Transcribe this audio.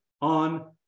on